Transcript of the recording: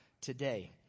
today